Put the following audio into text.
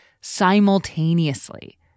simultaneously